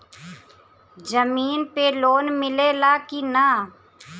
जमीन पे लोन मिले ला की ना?